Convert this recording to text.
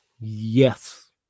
Yes